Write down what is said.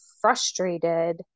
frustrated